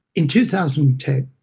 in two thousand and ten,